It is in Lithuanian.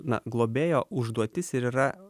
na globėjo užduotis ir yra